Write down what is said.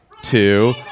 two